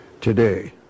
today